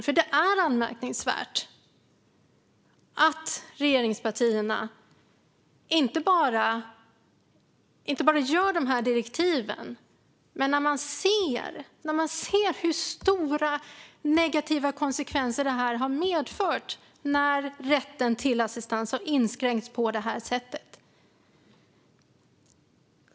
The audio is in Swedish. För det är anmärkningsvärt att regeringspartierna inte bara ger de här direktiven utan inte heller agerar när man ser hur stora negativa konsekvenser det har medfört när rätten till assistans har inskränkts på det här sättet.